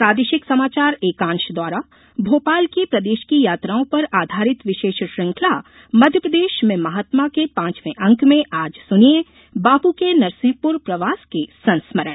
प्रादेशिक समाचार एकांश द्वारा बापू की प्रदेश की यात्राओं पर आधारित विशेष श्रृंखला मध्यप्रदेश में महात्मा के पांचवें अंक में आज सुनिये बापू के नरसिंहपुर प्रवास के संस्मरण